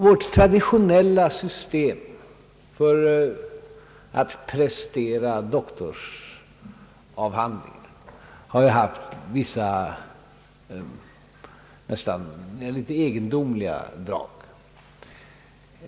Vårt traditionella system för att prestera doktorsavhandlingar har haft vissa nästan egendomliga drag.